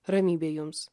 ramybė jums